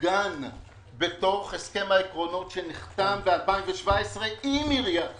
מעוגן בתוך הסכם העקרונות שנחתם ב-2017 עם עיריית חיפה,